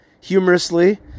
humorously